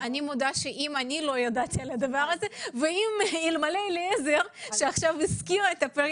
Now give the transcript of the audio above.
אני מודה שלא ידעתי על זה ואלמלא אליעזר שהזכיר את זה,